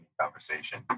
conversation